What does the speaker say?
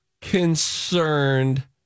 concerned